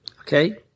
Okay